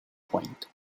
point